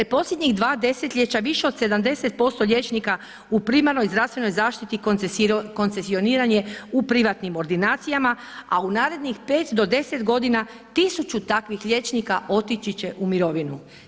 Posljednjih 2 desetljeća, više od 70% liječnika u primarnoj zdravstvenoj zaštiti koncesioniran je u privatnim ordinacijama, a u narednih 5 do 10 godina 1000 takvih liječnika otići će u mirovinu.